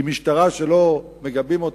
כי משטרה שלא מגבים אותה,